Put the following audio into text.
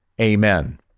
Amen